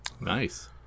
Nice